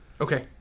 Okay